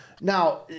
now